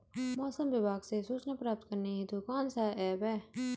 मौसम विभाग से सूचना प्राप्त करने हेतु कौन सा ऐप है?